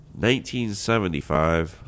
1975